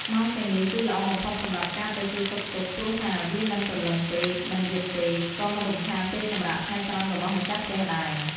ម៉ោងទាំងនេះគឺល្អបំផុតសម្រាប់ការទៅសួរសុខទុក្ខ ព្រោះថាវាមិនព្រលឹមពេក មិនយប់ពេក ក៏មិនរំខានពេលសម្រាកថ្ងៃត្រង់របស់ម្ចាស់ផ្ទះដែរ។